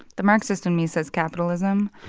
the marxist in me says capitalism.